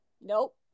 nope